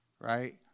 right